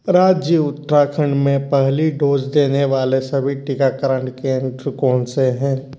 राज्य उत्तराखंड में पहली डोज़ देने वाले सभी टीकाकरण केंद्र कौन से हैं